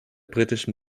britischen